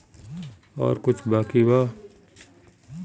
और कुछ बाकी बा?